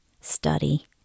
Study